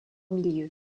milieu